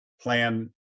plan